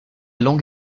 langue